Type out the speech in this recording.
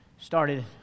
started